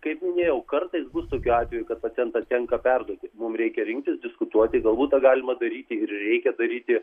kaip minėjau kartais bus tokių atvejų kad pacientą tenka perduoti mum reikia rinktis diskutuoti galbūt tą galima daryti ir reikia daryti